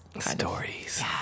stories